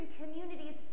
communities